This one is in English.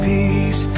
Peace